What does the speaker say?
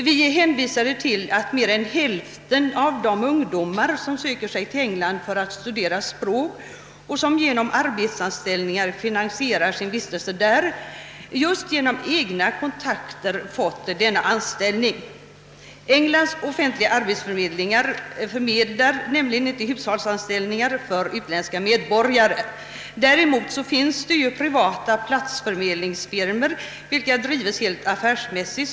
Vi hänvisade till att mer än hälften av de ungdomar som av sådana skäl söker sig till England och som finansierar sin vistelse där genom arbetsanställningar har fått dessa arbeten just genom egna kontakter. Englands offentliga arbetsförmedlingar förmedlar nämligen inte hushållsanställningar för utländska medborgare. Däremot finns det privata platsförmedlingar som drives helt affärsmässigt.